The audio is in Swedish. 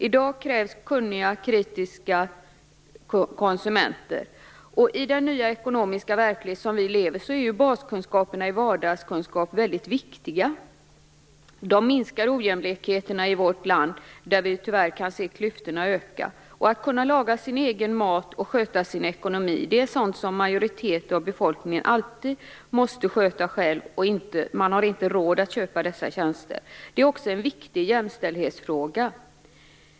I dag krävs kunniga, kritiska konsumenter. I den nya ekonomiska verklighet som vi lever i är baskunskaper i fråga om vardagen viktiga. Det minskar ojämlikheterna i vårt land, där vi tyvärr kan se klyftorna öka. Att laga sin egen mat och sköta sin ekonomi är sådant som en majoritet av befolkningen alltid måste göra själv. De flesta har inte råd att köpa dessa tjänster. Det är också en viktig jämställdhetsfråga.